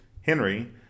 Henry